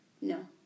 No